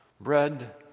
Bread